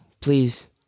please